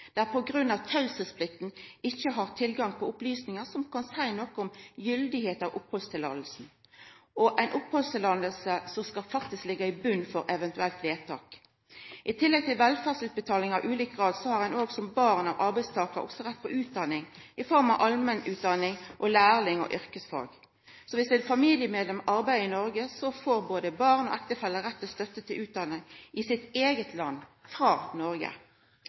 på grunn av tausheitplikta ikkje har tilgang til opplysningar som kan seia noko om gyldigheita av opphaldsløyvet. Eit opphaldsløyve skal faktisk liggja i botn for eit eventuelt vedtak. I tillegg til velferdsutbetalingar av ulik grad har ein som barn av arbeidstakar også rett på utdanning i form av allmennutdanning, lærlingplass og yrkesfagleg opplæring. Så viss eit familiemedlem arbeider i Noreg, får både barn og ektefelle rett til stønad til utdanning i sitt eige land – frå Noreg.